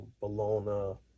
Bologna